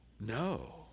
no